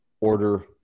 order